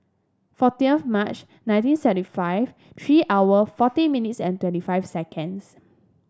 fourteenth of March nineteen seventy five three hour forty minutes and twenty five seconds